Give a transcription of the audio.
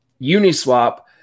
Uniswap